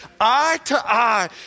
eye-to-eye